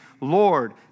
Lord